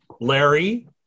Larry